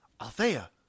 Althea